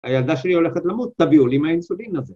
‫הילדה שלי הולכת למות, ‫תביאו לי מהאינסולין הזה.